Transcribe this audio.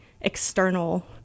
external